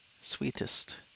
Sweetest